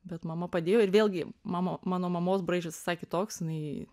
bet mama padėjo ir vėlgi mama mano mamos braižas visai kitoks jinai